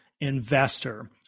investor